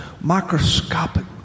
microscopic